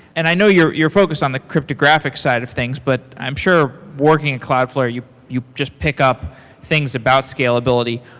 and i know you're you're focused on the cryptographic side of things, but i'm sure working at cloudflare, you you just pick up things about scalability.